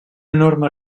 enorme